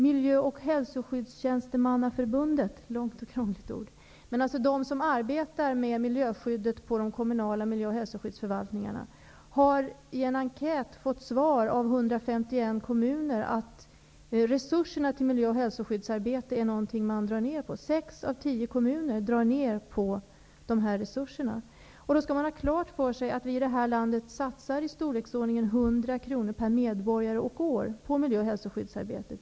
Miljö och hälsoskyddstjänstemannaförbundet, vars medlemmar arbetar med miljöskyddet på de kommunala förvaltningarna, har i en enkät fått det svaret från 151 kommuner att dessa drar ned på resurserna på miljö och hälsoskyddsarbete -- 6 av 10 kommuner drar ned på dessa resurser. Man skall ha klart för sig att vi i vårt land satsar i storleksordningen 100 kr per medborgare och år på miljö och hälsoskyddsarbetet.